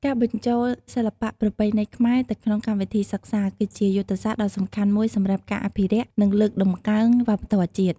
ការបញ្ចូលសិល្បៈប្រពៃណីខ្មែរទៅក្នុងកម្មវិធីសិក្សា គឺជាយុទ្ធសាស្ត្រដ៏សំខាន់មួយសម្រាប់ការអភិរក្ស និងលើកតម្កើងវប្បធម៌ជាតិ។